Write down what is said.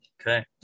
okay